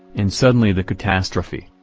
and suddenly the catastrophe.